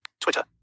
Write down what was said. Twitter